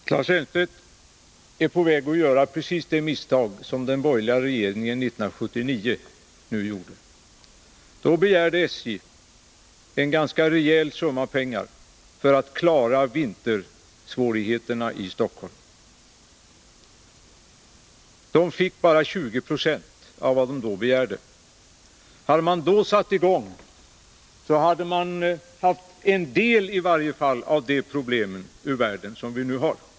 Fru talman! Claes Elmstedt är på väg att göra precis samma misstag som den borgerliga regeringen gjorde 1979. Då begärde SJ en ganska rejäl summa pengar för att klara vintersvårigheterna i Stockholm. Man fick bara 20 96 av vad man hade begärt. Hade man då satt i gång med att angripa problemen, hade i varje fall en del av dem vi nu har varit ur världen.